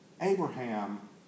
Abraham